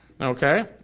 Okay